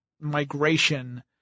migration